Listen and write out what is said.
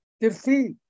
defeat